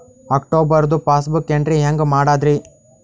ಅಕ್ಟೋಬರ್ದು passbook entry ಹೆಂಗ್ ಮಾಡದ್ರಿ?